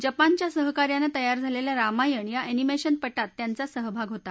जपानच्या सहकार्याने तयार झालेल्या रामायण या अर्टिमेशन पटात त्यांचा सहभाग होता